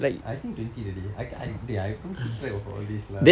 I think twenty already I c~ I dey I don't keep track of all this lah